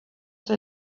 they